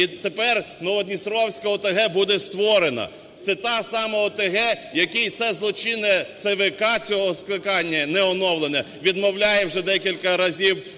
і тепер Новодністровська ОТГ буде створена. Це та сама ОТГ, в якій це злочинне ЦВК цього скликання, неоновлене, відмовляє вже декілька разів